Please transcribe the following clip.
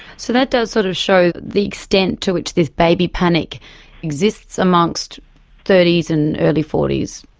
so that does sort of show the extent to which this baby panic exists amongst thirty s and early forty s.